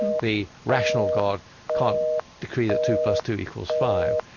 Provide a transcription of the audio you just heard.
the rational god can't decree that two plus two equals five.